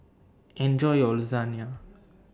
Enjoy your